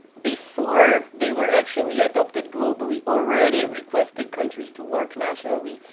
before they were actually adopted globally already requested countries to work nationally,